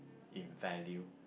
in value